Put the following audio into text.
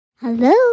Hello